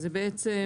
בהשוואה?